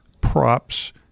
props